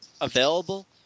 available